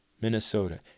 Minnesota